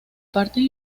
partes